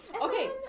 okay